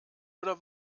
oder